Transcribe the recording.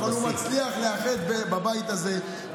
אבל הוא מצליח לאחד בבית הזה,